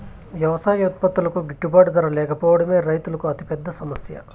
వ్యవసాయ ఉత్పత్తులకు గిట్టుబాటు ధర లేకపోవడమే రైతుల అతిపెద్ద సమస్య